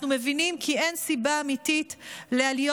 אנחנו מבינים כי אין סיבה אמיתית לעליות